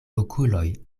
okuloj